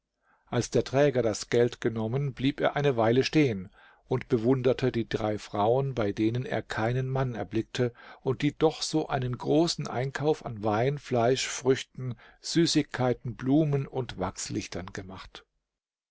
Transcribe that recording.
als der träger das geld genommen blieb er eine weile stehen und bewunderte die drei frauen bei denen er keinen mann erblickte und die doch so einen großen einkauf an wein fleisch früchten süßigkeiten blumen und wachslichtern gemacht